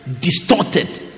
Distorted